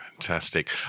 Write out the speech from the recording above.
Fantastic